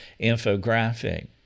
infographic